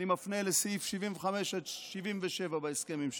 אני מפנה לסעיפים 75 עד 77 בהסכם עם ש"ס.